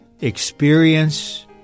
experience